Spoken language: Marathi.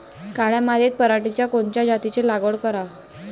काळ्या मातीत पराटीच्या कोनच्या जातीची लागवड कराव?